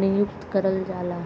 नियुक्त करल जाला